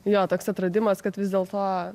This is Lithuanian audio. jo toks atradimas kad vis dėlto